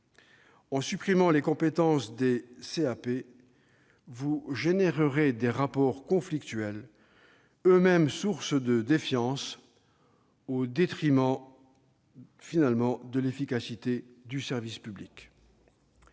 en supprimant leurs compétences, vous créerez des rapports conflictuels, eux-mêmes source de défiance, au détriment finalement de l'efficacité du service public.